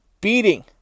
beating